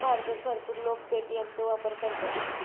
भारतात भरपूर लोक पे.टी.एम चो वापर करतत